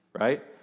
right